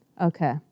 Okay